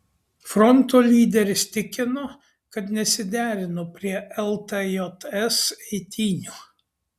fronto lyderis tikino kad nesiderino prie ltjs eitynių